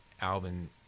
Alvin –